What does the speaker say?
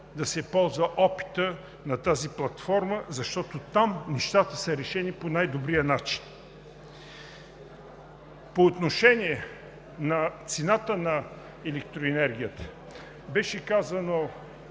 да се ползва опитът на тази платформа, защото там нещата са решени по най-добрия начин. По отношение на цената на електроенергията беше казано